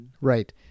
Right